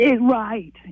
Right